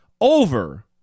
over